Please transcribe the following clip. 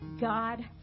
God